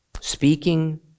speaking